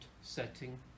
setting